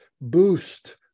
boost